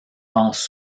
pense